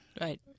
Right